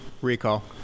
Recall